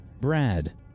Brad